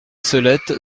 cellettes